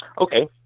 Okay